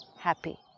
Happy